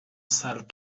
سلب